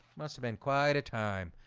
must have been quite a time.